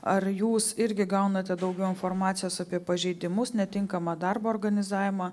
ar jūs irgi gaunate daugiau informacijos apie pažeidimus netinkamą darbo organizavimą